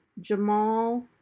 jamal